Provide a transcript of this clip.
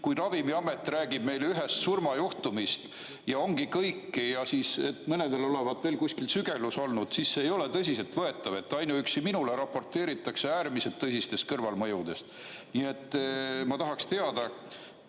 Kui Ravimiamet räägib meile ühest surmajuhtumist, ja ongi kõik, ja mõnedel olevat veel kuskil sügelus olnud – see ei ole tõsiselt võetav. Ainuüksi minule raporteeritakse äärmiselt tõsistest kõrvalmõjudest. Ma tahaks teada,